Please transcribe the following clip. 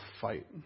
fight